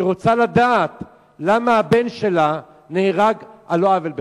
שרוצה לדעת למה הבן שלה נהרג על לא עוול בכפו.